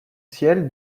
ciel